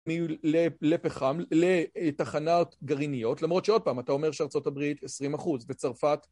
לפחם לתחנות גרעיניות, למרות שעוד פעם אתה אומר שארה״ב 20% וצרפת